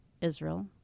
Israel